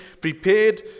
prepared